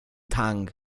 tang